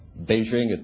Beijing